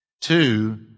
Two